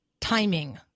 timing